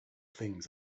things